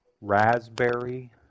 raspberry